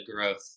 growth